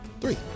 Three